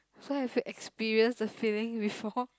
so have you experience the feeling before